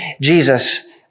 Jesus